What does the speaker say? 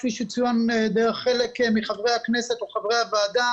כפי שצוין על ידי חלק מחברי הכנסת או חברי הוועדה,